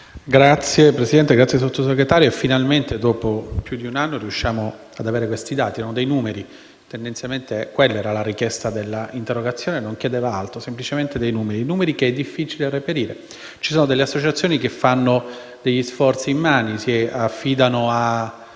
Signor Presidente, ringrazio il Sottosegretario perché finalmente dopo più di un anno riusciamo ad avere questi dati: erano dei numeri. Tendenzialmente quella era la richiesta dell'interrogazione; non si chiedeva altro, semplicemente dei numeri che è difficile reperire. Ci sono delle associazioni che fanno degli sforzi immani, si affidano a